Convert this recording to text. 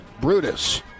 Brutus